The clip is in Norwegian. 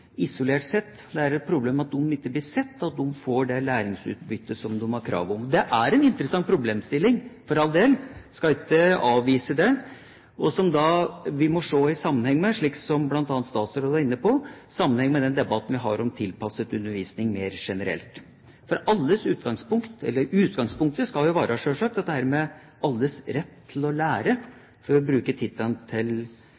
isolert sett – at det er et problem at de ikke blir sett, og at de må få det læringsutbyttet som de har krav på. Det er en interessant problemstilling – for all del, jeg skal ikke avvise det – som vi må se i sammenheng med, slik som bl.a. statsråden var inne på, den debatten vi har om tilpasset undervisning mer generelt. Utgangspunktet skal jo selvsagt være dette med alles rett til læring, for å